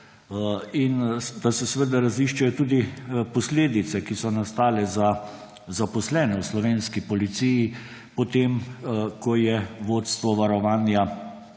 in da se raziščejo tudi posledice, ki so nastale za zaposlene v slovenski policiji potem, ko je vodstvo varovanja